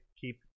keep